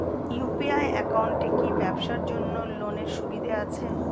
UPI একাউন্টে কি ব্যবসার জন্য লোনের সুবিধা আছে?